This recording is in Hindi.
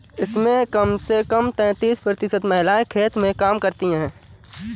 इसमें कम से कम तैंतीस प्रतिशत महिलाएं खेत में काम करती हैं